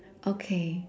okay